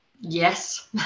yes